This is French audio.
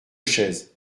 chaise